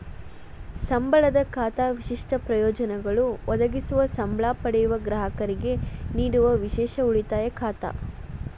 ಸಂಬಳದ ಖಾತಾ ವಿಶಿಷ್ಟ ಪ್ರಯೋಜನಗಳು ಒದಗಿಸುವ ಸಂಬ್ಳಾ ಪಡೆಯುವ ಗ್ರಾಹಕರಿಗೆ ನೇಡುವ ವಿಶೇಷ ಉಳಿತಾಯ ಖಾತಾ